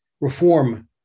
Reform